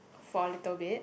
for a little bit